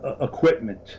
equipment